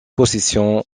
possession